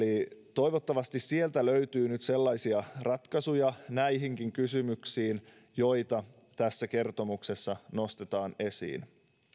toivottavasti sieltä löytyy nyt sellaisia ratkaisuja näihinkin kysymyksiin joita tässä kertomuksessa nostetaan esiin